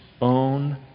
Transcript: own